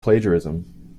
plagiarism